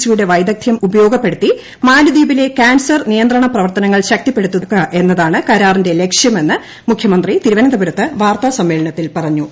C യുടെ വൈദഗ്ദ്ധ്യം ഉപയോഗപ്പെടുത്തി മാലിദ്ധീപിലെ കാൻസർ നിയന്ത്രണ പ്രവർത്തനങ്ങൾ ശക്തിപ്പെടുത്തുക എന്നതാണ് കരാറിന്റെ ലക്ഷ്യമെന്ന് മുഖ്യമന്ത്രി തിരുവന്തപുരത്ത് വാർത്താ സമ്മേളനത്തിൽ പറഞ്ഞു